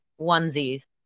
onesies